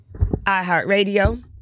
iHeartRadio